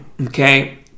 Okay